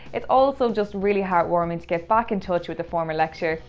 it's also just really heartwarming to get back in touch with a former lecturer.